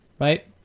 Right